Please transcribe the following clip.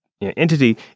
Entity